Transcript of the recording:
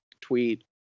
tweet